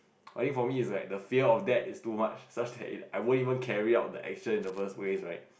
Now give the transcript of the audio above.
I think for me it's like the fear of that is too much such that it I won't even carry out the action in the first place right